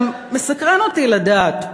גם מסקרן אותי לדעת: